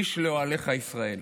איש לאוהליך ישראל.